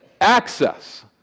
Access